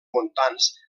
montans